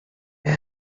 boy